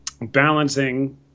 balancing